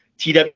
TW